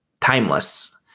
timeless